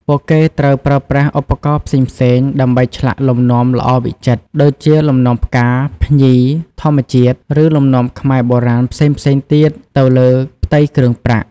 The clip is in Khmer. ពួកគេត្រូវប្រើប្រាស់ឧបករណ៍ផ្សេងៗដើម្បីឆ្លាក់លំនាំល្អវិចិត្រ ដូចជាលំនាំផ្កា ភ្ញី ធម្មជាតិ ឬលំនាំខ្មែរបុរាណផ្សេងៗទៀតទៅលើផ្ទៃគ្រឿងប្រាក់។